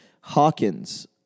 Hawkins